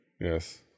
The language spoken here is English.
yes